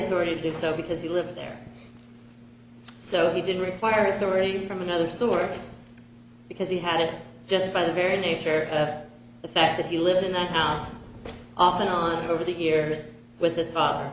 authority to do so because he lived there so he didn't require it or even from another source because he had it just by the very nature of the fact that he lived in that house off and on over the years with this fa